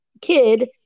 kid